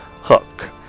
Hook